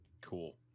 cool